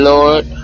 Lord